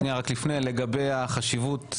רק לפני כן לגבי החשיבות,